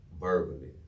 verbally